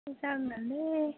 जारलालै